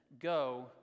go